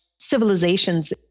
civilizations